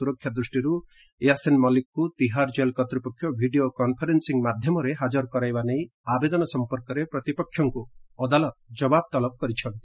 ସୁରକ୍ଷା ଦୃଷ୍ଟିରୁ ୟାସିନ ମଲ୍ଲିକକୁ ତିହାର କେଲ କର୍ତ୍ତୃପକ୍ଷ ଭିଡିଓ କନ୍ଫରେନ୍ସି ମାଧ୍ୟମରେ ହାଜର କରାଇବା ନେଇ ଆବେଦନ ସମ୍ପର୍କରେ ପ୍ରତିପକ୍ଷଙ୍କ ଅଦାଲତ ଜବାବ ତଲବ କରିଛନ୍ତି